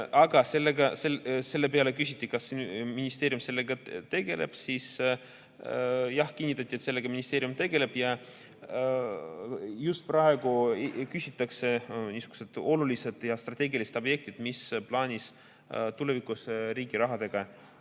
on. Selle peale küsiti, kas ministeerium sellega tegeleb. Jah, kinnitati, et sellega ministeerium tegeleb ja just praegu küsitakse, mis on niisugused olulised strateegilised objektid, mida on plaanis tulevikus riigi rahaga